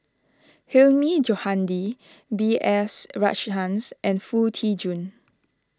Hilmi Johandi B S Rajhans and Foo Tee Jun